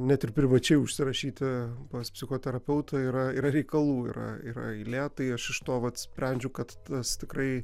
net ir privačiai užsirašyti pas psichoterapeutą yra yra reikalų yra yra eilė tai aš iš to vat sprendžiu kad tas tikrai